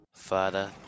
Father